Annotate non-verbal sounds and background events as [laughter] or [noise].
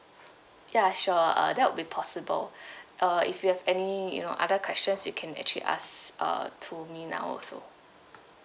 ya sure uh that will be possible [breath] uh if you have any you know other questions you can actually ask uh to me now also